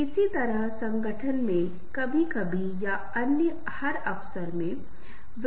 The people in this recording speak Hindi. कोई कह सकता है कि मैं जंगल में जा रहा हूं मैं अकेला रहूंगा मैं किसी भी इंसान के साथ कोई संबंध नहीं रखना चाहता हूं